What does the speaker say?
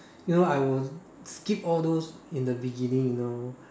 you know I would skip all those in the beginning you know